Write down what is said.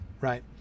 right